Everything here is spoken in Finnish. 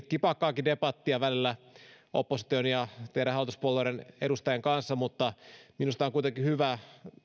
kipakkaakin debattia välillä opposition ja teidän hallituspuolueiden edustajien kanssa mutta minusta on kuitenkin hyvä